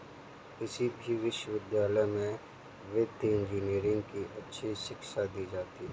किसी भी विश्वविद्यालय में वित्तीय इन्जीनियरिंग की अच्छी शिक्षा दी जाती है